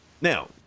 Now